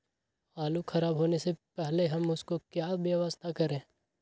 आलू खराब होने से पहले हम उसको क्या व्यवस्था करें?